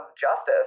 justice